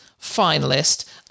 finalist